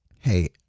Hey